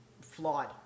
flawed